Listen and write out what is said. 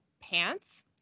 pants